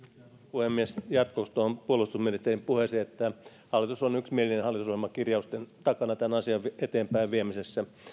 puhemies jatkoksi tuohon puolustusministerin puheeseen että hallitus on yksimielinen hallitusohjelman kirjausten takana tämän asian eteenpäinviemisessä